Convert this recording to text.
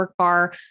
Workbar